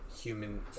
human